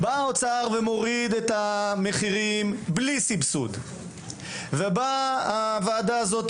האוצר מוריד את המחירים בלי סבסוד; הוועדה הזאת